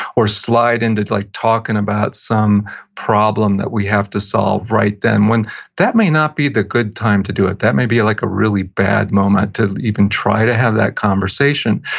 or slide into like talking about some problem that we have to solve right then when that may not be the good time to do it. that may be a like really bad moment to you can try to have that conversation.